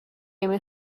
نمی